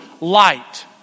light